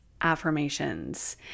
affirmations